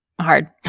hard